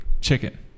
chicken